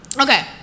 Okay